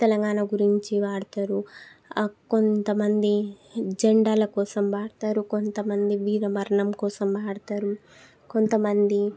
తెలంగాణ గురించి పాడతారు కొంత మంది జండాల కోసం పాడతారు కొంత మంది వీరమరణం కోసం పాడతారు కొంత మంది